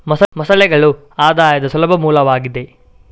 ಮೊಸಳೆಗಳು ಆದಾಯದ ಸುಲಭ ಮೂಲವಾಗಿದೆ